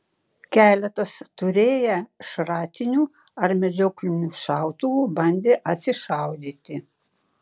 keletas turėję šratinių ar medžioklinių šautuvų bandė atsišaudyti